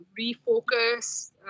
refocus